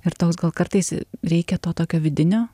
ir toks gal kartais reikia to tokio vidinio